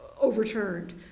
overturned